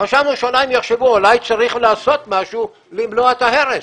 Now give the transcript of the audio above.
חשבנו שאולי הם יחשבו שאולי צריך לעשות משהו כדי למנוע את ההרס,